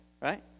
right